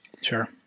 Sure